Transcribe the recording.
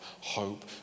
hope